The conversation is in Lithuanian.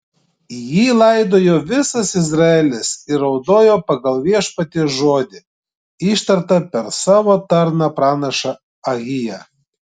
jį laidojo visas izraelis ir raudojo pagal viešpaties žodį ištartą per savo tarną pranašą ahiją